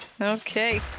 Okay